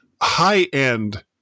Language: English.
high-end